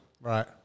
Right